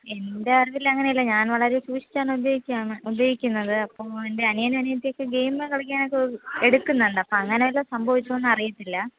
എൻറെ അറിവിൽ അങ്ങനെയല്ല ഞാൻ വളരെ സൂക്ഷിച്ചാണ് ഉപയോഗിക്കുന്നത് അപ്പോൾ എൻ്റെ അനിയനും അനിയത്തിയൊക്കെ ഗെയിമ് കളിക്കാനൊക്കെ എടുക്കുന്നുണ്ട് അപ്പം അങ്ങനെയെല്ലാം സംഭവിച്ചോ എന്നും അറിയത്തില്ല